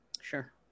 Sure